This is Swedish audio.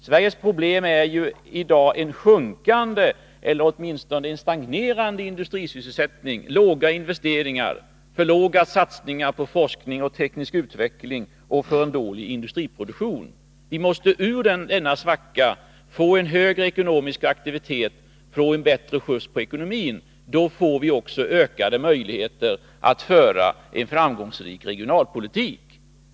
Sveriges problem i dag är en sjunkande eller åtminstone stagnerande industrisysselsättning, låga investeringar, för låga satsningar på forskning och teknisk utveckling och för låg industriproduktion. Vi måste ur denna svacka, få en högre ekonomisk aktivitet. Får vi bättre skjuts på ekonomin får vi också ökade möjligheter att föra en framgångsrik regionalpolitik.